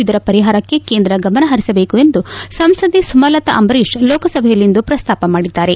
ಇದರ ಪರಿಹಾರಕ್ಷೆ ಕೇಂದ್ರ ಗಮನ ಹರಿಸಬೇಕು ಎಂದು ಸಂಸದೆ ಸುಮಲತಾ ಅಂಬರೀಶ್ ಲೋಕಸಭೆಯಲ್ಲಿಂದು ಪ್ರಸ್ತಾಪ ಮಾಡಿದ್ದಾರೆ